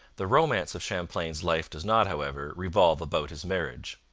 the romance of champlain's life does not, however, revolve about his marriage.